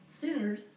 sinners